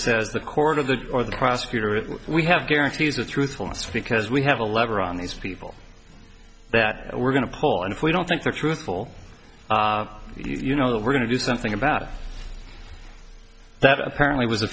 says the court of the or the prosecutor we have guarantees of truthfulness because we have a lever on these people that we're going to pull and if we don't think they're truthful you know we're going to do something about that apparently was